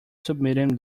submitting